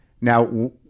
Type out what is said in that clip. Now